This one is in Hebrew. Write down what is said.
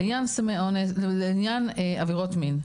לעניין עבירות מין,